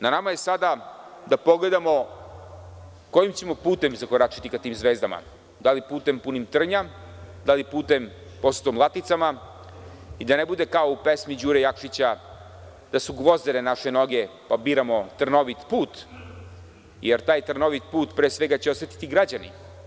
Na nama je sada da pogledamo kojim ćemo putem zakoračiti ka tim zvezdama, da li putem punim trnja, da li putem posutim laticama i da ne bude kao u pesmi Đure Jakšića, da su gvozdene naše noge pa biramo trnovit put, jer taj trnovit put pre svega će osetiti građani.